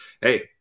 hey